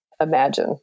imagine